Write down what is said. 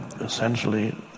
essentially